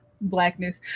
blackness